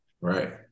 Right